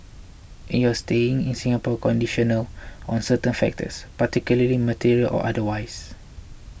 in your staying in Singapore conditional on certain factors particularly material or otherwise